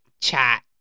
chat